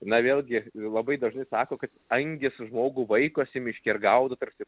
na vėlgi labai dažnai sako kad angys žmogų vaikosi miške ir gaudo tarsi